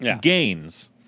gains